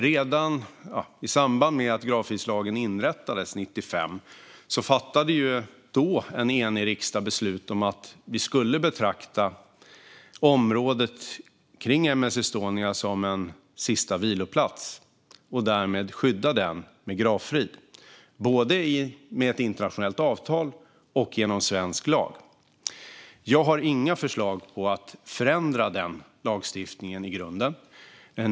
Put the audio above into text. Redan i samband med att gravfridslagen inrättades 1995 fattade en enig riksdag då beslut om att vi skulle betrakta området kring M/S Estonia som en sista viloplats och därmed skydda den med gravfrid både med ett internationellt avtal och genom svensk lag. Jag har inga förslag om att förändra denna lagstiftning i grunden.